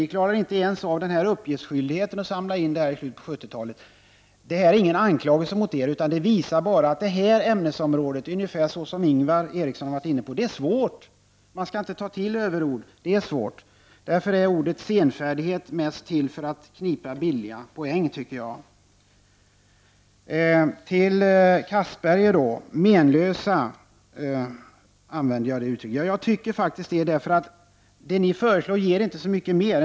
Ni klarade inte ens av att genomföra uppgiftsinsamlandet i slutet av 1970-talet. Detta är ingen anklagelse mot er, utan det visar bara att detta ämnesområde är svårt, vilket Ingvar Eriksson var inne på. Man skall inte ta till överord. Ämnet är svårt, och att använda ordet senfärdighet är mest till för att knipa billiga poäng. Ja, jag använde ordet menlösa, Anders Castberger. Jag står faktiskt för det. Det ni föreslår ger inte så mycket mer.